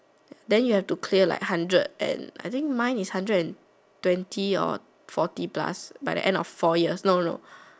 then you have to clear like hundred and I think mine is hundred and twenty or forty plus by the end of four years no no